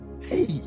hey